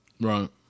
Right